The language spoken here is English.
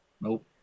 Nope